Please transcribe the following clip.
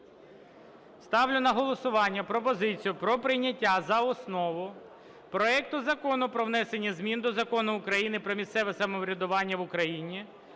Ставлю на голосування пропозицію про прийняття за основу проекту Закону про внесення змін до Закону України "Про місцеве самоврядування в України"